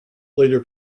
later